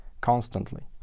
constantly